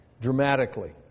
dramatically